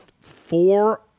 Four